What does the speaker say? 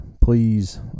please